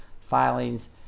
filings